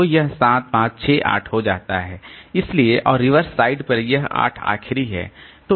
तो यह 7 5 6 8 हो जाता है इसलिए और रिवर्स साइड पर यह 8 आखिरी है